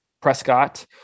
Prescott